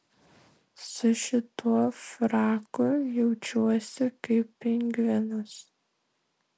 su šituo fraku jaučiuosi kaip pingvinas